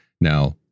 Now